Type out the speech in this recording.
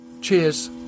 Cheers